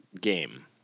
game